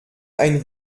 ein